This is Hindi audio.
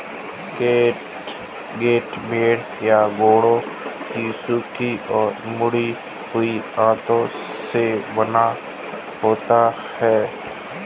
कैटगट भेड़ या घोड़ों की सूखी और मुड़ी हुई आंतों से बना होता है